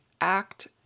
act